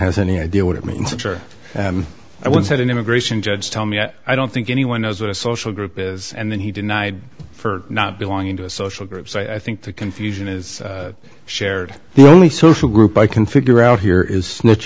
has any idea what it means i'm sure i once had an immigration judge tell me i don't think anyone knows what a social group is and then he denied for not belonging to a social group so i think the confusion is shared the only social group i can figure out here is